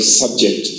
subject